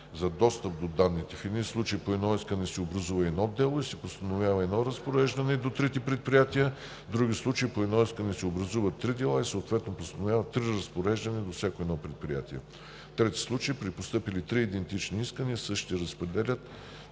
за достъп до данните. В едни случаи по едно искане се образува едно дело и се постановява едно разпореждане до трите предприятия. В други случаи по едно искане се образуват три дела и съответно постановяват три разпореждания до всяко едно предприятие. В трети случаи при постъпили три идентични искания същите се разпределят